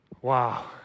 wow